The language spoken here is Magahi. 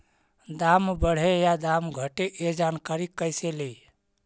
दाम बढ़े या दाम घटे ए जानकारी कैसे ले?